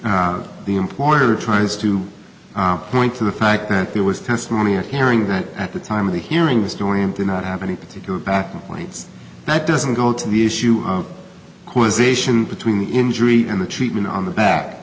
for the employer tries to point to the fact that there was testimony or hearing that at the time of the hearing is going to not have any particular backing plates that doesn't go to the issue of causation between the injury and the treatment on the back